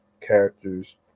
characters